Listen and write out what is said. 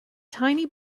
tiny